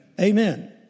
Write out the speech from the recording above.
Amen